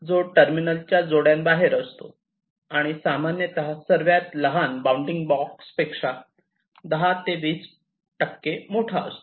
जे टर्मिनल जोड्या बाहेर असतो आणि सामान्यत सर्वात लहान बाउंडिंग बॉक्सपेक्षा 10 ते 20 टक्के मोठे असतो